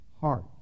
heart